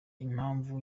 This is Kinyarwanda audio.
impamvu